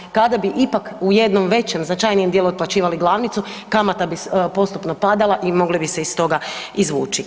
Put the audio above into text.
Jel' kada bi ipak u jednom većem značajnijem dijelu otplaćivali glavnicu kamata bi postupno padala i mogli bismo se iz toga izvući.